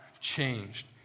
changed